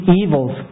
evils